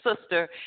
sister